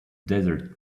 desert